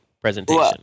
presentation